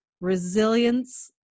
resilience